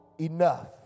enough